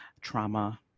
trauma